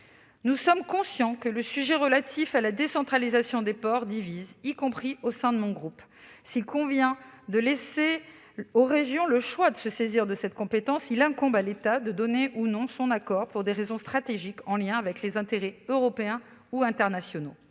Nous sommes conscients que le sujet relatif à la décentralisation des ports divise- c'est d'ailleurs le cas au sein de mon groupe. S'il convient de laisser aux régions le choix de se saisir de cette compétence, il incombe à l'État de donner ou non son accord pour des raisons stratégiques, en lien avec les intérêts européens et internationaux.